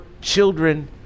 children